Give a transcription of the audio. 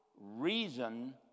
reason